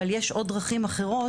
אבל יש עוד דרכים אחרות,